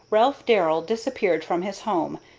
ralph darrell disappeared from his home,